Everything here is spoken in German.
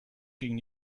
gegen